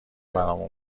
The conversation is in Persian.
برامون